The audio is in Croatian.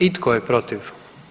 I tko je protiv?